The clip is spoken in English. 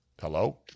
Hello